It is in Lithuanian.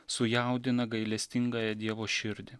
sujaudina gailestingąją dievo širdį